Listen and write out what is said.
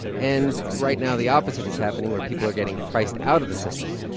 and right now the opposite is happening where people are getting priced out of the system.